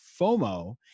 FOMO